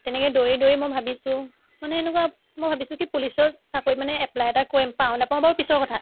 তেনেকৈ দৌৰি দৌৰি মই ভাবিছো মানে এনেকুৱা মই ভাবিছো কি পুলিচত চাকৰিত মানে এপ্লাই এটা কৰিম পাওঁ নাপাওঁ বাৰু পিছৰ কথা